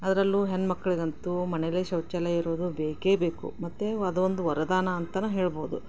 ಅದರಲ್ಲೂ ಹೆಣ್ಮಕ್ಳಿಗಂತೂ ಮನೆಯಲ್ಲೆ ಶೌಚಾಲಯ ಇರೋದು ಬೇಕೇ ಬೇಕು ಮತ್ತು ವ ಅದೊಂದು ವರದಾನ ಅಂತಲೇ ಹೇಳ್ಬೌದು